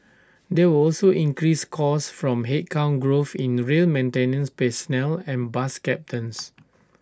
there were also increased costs from headcount growth in the rail maintenance personnel and bus captains